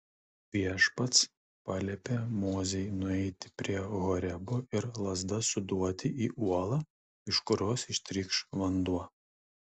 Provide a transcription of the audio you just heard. viešpats paliepė mozei nueiti prie horebo ir lazda suduoti į uolą iš kurios ištrykš vanduo